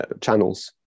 channels